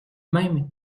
même